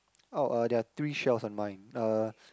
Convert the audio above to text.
oh uh there are three shells on mine uh